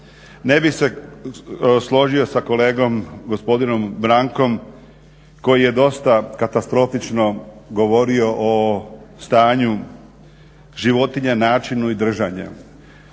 Ne bih se složio sa kolegom gospodinom Brankom koji je dosta katastrofično govorio o stanju životinja, načinu i držanje.